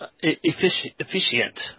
Efficient